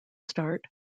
start